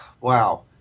Wow